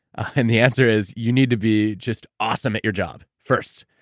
and the answer is, you need to be just awesome at your job first.